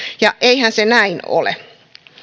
ja eihän se näin ole